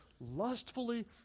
lustfully